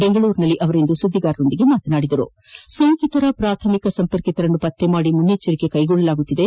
ಬೆಂಗಳೂರಿನಲ್ಲಿಂದು ಸುದ್ದಿಗಾರರ ಜತೆ ಮಾತನಾಡಿದ ಅವರು ಸೋಂಕಿತರ ಪ್ರಾಥಮಿಕ ಸಂಪರ್ಕಿತರನ್ನು ಪತ್ತೆ ಮಾಡಿ ಮುನ್ನೆಚ್ಚರಿಕೆ ಕ್ರಮವಹಿಸಲಾಗಿದೆ